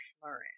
flourish